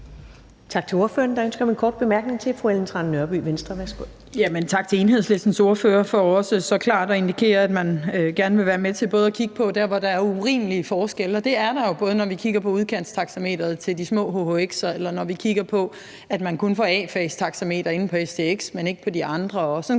Tak til ordføreren. Der er ønske om en kort bemærkning. Fru Ellen Trane Nørby, Venstre, værsgo. Kl. 15:18 Ellen Trane Nørby (V): Tak til Enhedslistens ordfører for også så klart at indikere, at man gerne vil være med til at kigge på det der, hvor der er urimelige forskelle, og det er der jo, både når vi kigger på udkantstaxameteret til de små hhx'er, og når vi kigger på, at man kun får A-fagstaxameter på stx, men ikke på de andre,